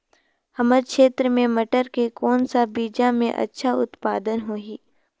हमर क्षेत्र मे मटर के कौन सा बीजा मे अच्छा उत्पादन होही?